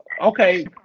Okay